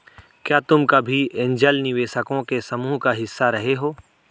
क्या तुम कभी ऐन्जल निवेशकों के समूह का हिस्सा रहे हो?